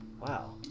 wow